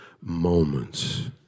moments